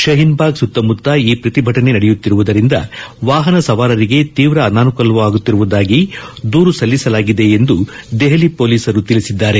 ಶಹೀನ್ ಬಗ್ ಸುತ್ತಮುತ್ತ ಈ ಪ್ರತಿಭಟನೆ ನಡೆಯುತ್ತಿರುವುದರಿಂದ ವಾಹನ ಸವಾರರಿಗೆ ತೀವ್ರ ಅನಾನುಕೂಲವಾಗುತ್ತಿರುವುದಾಗಿ ದೂರು ಸಲ್ಲಿಸಲಾಗಿದೆ ಎಂದು ದೆಹಲಿ ಪೊಲೀಸರು ತಿಳಿಸಿದ್ದಾರೆ